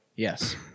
Yes